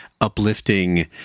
uplifting